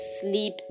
sleep